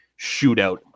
shootout